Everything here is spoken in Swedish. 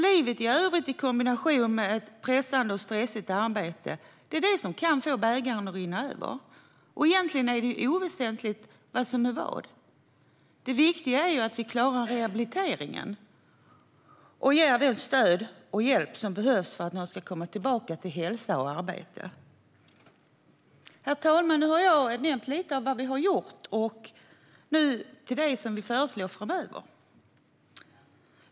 Livet i övrigt i kombination med ett pressande och stressigt arbete kan få bägaren att rinna över. Egentligen är det oväsentligt vad som är vad. Det viktiga är ju att vi klarar rehabiliteringen och ger det stöd och den hjälp som behövs för att man ska komma tillbaka till hälsa och arbete. Herr talman! Jag har nu nämnt lite om vad vi har gjort och ska nu gå över till det vi föreslår framöver.